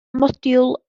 modiwl